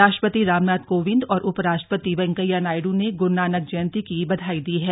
राष्ट्रपति रामनाथ कोविंद और उप राष्ट्रपति वेंकैया नायडू ने ग्रुनानक जयंती की बधाई दी है